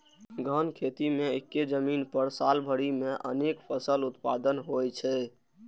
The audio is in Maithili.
गहन खेती मे एक्के जमीन पर साल भरि मे अनेक फसल उत्पादन होइ छै